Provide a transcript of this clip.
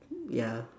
ya